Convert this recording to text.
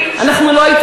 אותו.